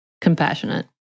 Compassionate